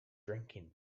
drinking